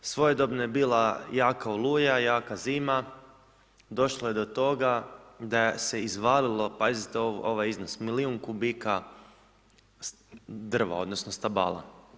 Svojedobno je bila jaka oluja, jaka zima, došlo je do toga da se izvalilo, pazite ovaj iznos, milijun kubika drva, odnosno stabala.